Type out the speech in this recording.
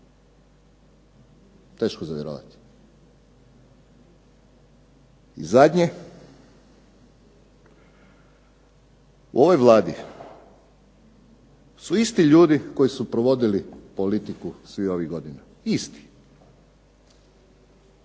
Teško za vjerovati. I zadnje, u ovoj Vladi su isti ljudi koji su provodili politiku svih ovih godina, isti.